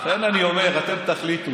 לכן אני אומר, אתם תחליטו.